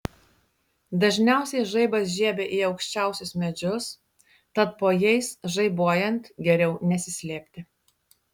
dažniausiai žaibas žiebia į aukščiausius medžius tad po jais žaibuojant geriau nesislėpti